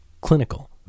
clinical